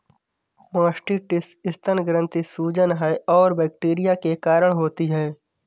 mastitis स्तन ग्रंथि की सूजन है और बैक्टीरिया के कारण होती है